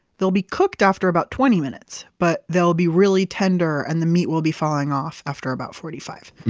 they'll be cooked after about twenty minutes. but they'll be really tender, and the meat will be falling off after about forty five.